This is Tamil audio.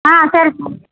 ஆ சரி சார்